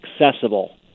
accessible